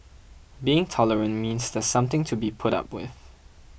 being tolerant means there's something to be put up with